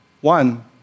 One